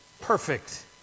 perfect